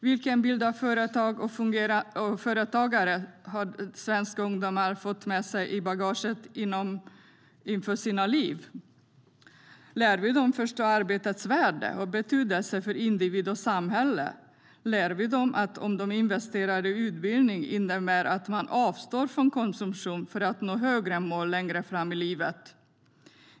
Vilken bild av företag och företagare har svenska ungdomar fått med sig i bagaget inför sina liv? Lär vi dem att förstå arbetets värde och betydelse för individ och samhälle? Lär vi dem att en investering i utbildning innebär att man avstår från konsumtion för att nå högre mål längre fram i livet?